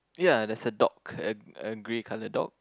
ya there's a dog a a gray colour dog